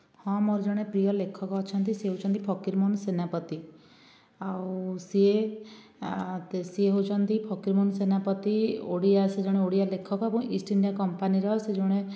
ହଁ ମୋର ଜଣେ ପ୍ରିୟ ଲେଖକ ଅଛି ସିଏ ହେଉଛନ୍ତି ଫକୀରମୋହନ ସେନାପତି ଆଉ ସିଏ ସିଏ ହେଉଛନ୍ତି ଫକୀରମୋହନ ସେନାପତି ଓଡ଼ିଆ ସେ ଜଣେ ଓଡ଼ିଆ ଲେଖକ ଏବଂ ଇଷ୍ଟ ଇଣ୍ଡିଆ କମ୍ପାନୀର ସେ ଜଣେ